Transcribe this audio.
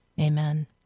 Amen